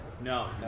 No